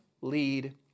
lead